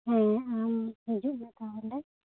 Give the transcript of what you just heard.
ᱦᱮᱸ ᱟᱢ ᱦᱤᱡᱩᱜ ᱢᱮ ᱛᱟᱦᱚᱞᱮ